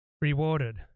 rewarded